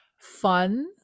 fun